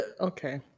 Okay